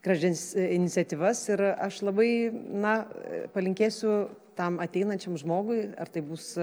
grąžins iniciatyvas ir aš labai na palinkėsiu tam ateinančiam žmogui ar tai bus